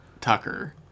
Tucker